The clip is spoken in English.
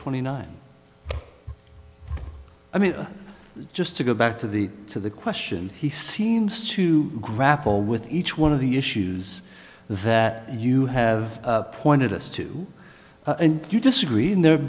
twenty nine i mean just to go back to the to the question he seems to grapple with each one of the issues that you have pointed us to and you disagree in there